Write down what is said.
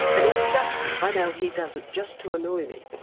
and it's just, i know he does it just to annoy me.